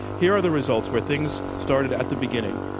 here the results where things started at the beginning.